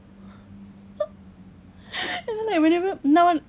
and then I whenever now like